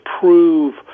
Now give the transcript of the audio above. prove